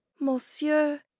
monsieur